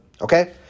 okay